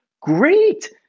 great